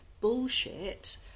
bullshit